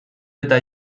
eta